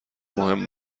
مهم